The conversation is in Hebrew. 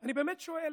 אני באמת שואל,